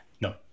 No